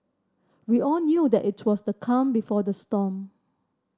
we all knew that it was the calm before the storm